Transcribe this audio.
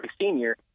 senior